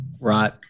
Right